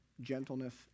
gentleness